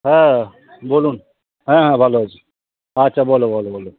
হ্যাঁ বলুন হ্যাঁ হ্যাঁ ভালো আছি আচ্ছা বলো বলো বলো